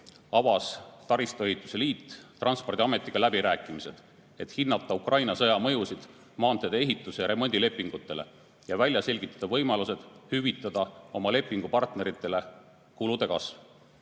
avas taristuehituse liit Transpordiametiga läbirääkimised, et hinnata Ukraina sõja mõjusid maanteede ehituse ja remondi lepingutele ning välja selgitada võimalused hüvitada oma lepingupartneritele kulude kasv.